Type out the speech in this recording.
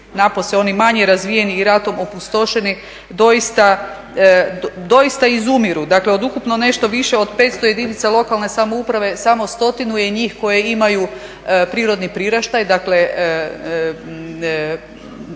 napose oni manje razvijeni i ratom opustošeni doista izumiru. Dakle, od ukupno nešto više od 500 jedinica lokalne samouprave samo stotinu je njih koje imaju prirodni priraštaj. Dakle,